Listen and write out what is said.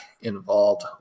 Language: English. involved